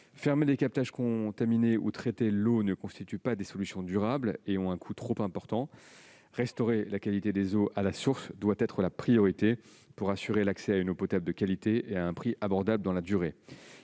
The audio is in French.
Fermer les captages contaminés ou traiter l'eau ne constituent pas des solutions durables et ont un coût trop important. Restaurer la qualité des eaux à la source doit être la priorité pour assurer l'accès à une eau potable de qualité, à un prix abordable dans la durée.